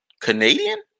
Canadian